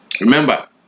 Remember